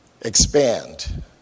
expand